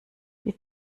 wie